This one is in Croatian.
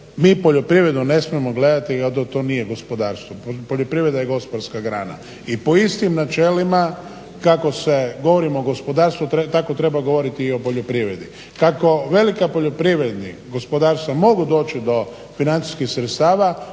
mi poljoprivredu ne smijemo gledati, a da to nije gospodarstvo. Poljoprivreda je gospodarska grana i po istim načelima kako se govori o gospodarstvu tako treba govoriti i o poljoprivredi. Kako velika poljoprivredna gospodarstva mogu doći do financijskih sredstava